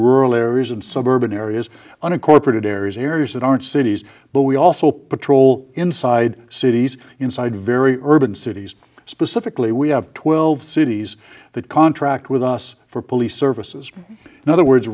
rural areas and suburban areas unincorporated areas areas that aren't cities but we also patrol inside cities inside very urban cities specifically we have twelve cities that contract with us for police services in other words